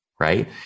right